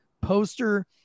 poster